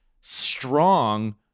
strong